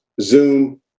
Zoom